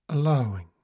Allowing